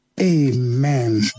amen